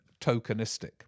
tokenistic